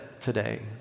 today